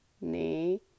ne